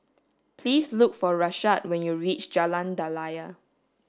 please look for Rashad when you reach Jalan Daliah